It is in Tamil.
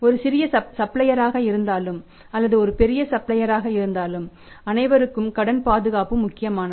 ஒரு சிறிய சப்ளையராக இருந்தாலும் அல்லது ஒரு பெரிய சப்ளையராக இருந்தாலும் அனைவருக்கும் கடன் பாதுகாப்பு முக்கியமானது